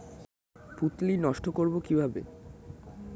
পুত্তলি নষ্ট করব কিভাবে?